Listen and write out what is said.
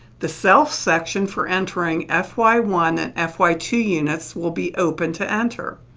the self section for entering f y one and f y two units will be open to enter.